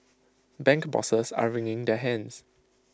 bank bosses are wringing their hands